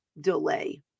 delay